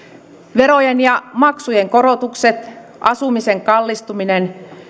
verojen ja maksujen korotukset asumisen kallistuminen